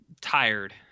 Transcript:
tired